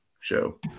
show